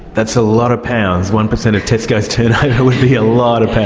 that's a lot of pounds, one percent of tesco's turnover would be a lot of pounds.